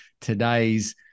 today's